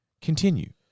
continue